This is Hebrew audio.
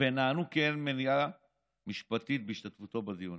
"ונענו כי אין מניעה משפטית בהשתתפותו בדיונים".